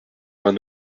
vingt